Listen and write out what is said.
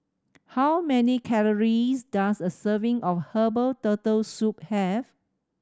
how many calories does a serving of herbal Turtle Soup have